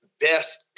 Best